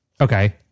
okay